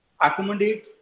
accommodate